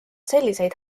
selliseid